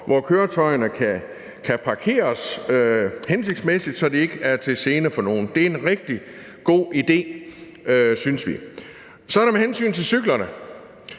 hvor køretøjerne kan parkeres hensigtsmæssigt, så de ikke er til gene for nogen. Det er en rigtig god idé, synes vi. Med hensyn til cyklerne